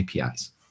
APIs